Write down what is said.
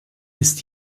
ist